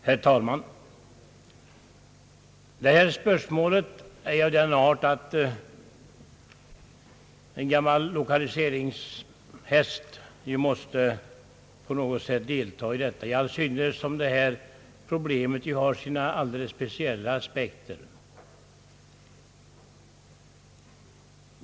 Herr talman! Detta spörsmål är av sådan art att en gammal lokaliseringshäst på något sätt måste delta i debatten, i all synnerhet som problemet har sina speciella aspekter.